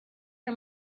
her